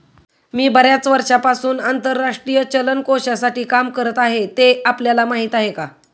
मी बर्याच वर्षांपासून आंतरराष्ट्रीय चलन कोशासाठी काम करत आहे, ते आपल्याला माहीत आहे का?